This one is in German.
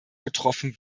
getroffen